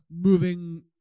moving